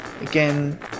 again